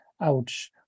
ouch